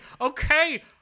Okay